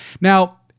Now